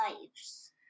lives